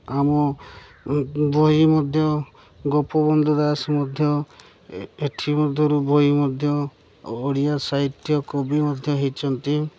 ଆମ ବହି ମଧ୍ୟ ଗୋପବନ୍ଧୁ ଦାସ ମଧ୍ୟ ଏଇଠି ମଧ୍ୟରୁ ବହି ମଧ୍ୟ ଓଡ଼ିଆ ସାହିତ୍ୟ କବି ମଧ୍ୟ ହୋଇଛନ୍ତି